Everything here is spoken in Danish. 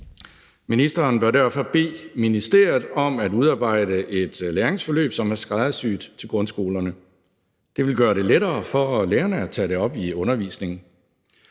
Ministeren bør derfor bede ministeriet om at udarbejde et læringsforløb, som er skræddersyet til grundskolerne. Det vil gøre det lettere for lærerne at tage det op i undervisningen.